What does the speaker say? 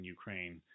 Ukraine